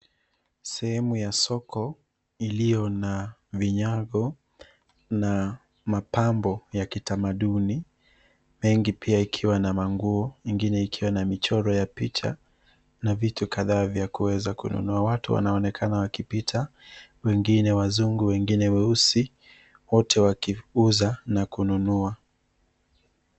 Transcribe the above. Sehemu ya soko iliyo na vinyago na mapambo ya kitamaduni mengi pia ikiwa na manguo ingine ikiwa na michoro ya picha na vitu kadhaa vya kuweza kununua. Watu wanaonekana wakipita, wengine wazungu wengine weusi, wote wakiuza na kununua.